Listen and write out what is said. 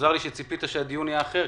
מוזר לי שציפית שהדיון יהיה אחר,